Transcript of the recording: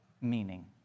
meaning